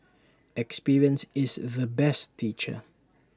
experience is the best teacher